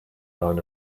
down